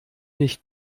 nicht